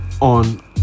on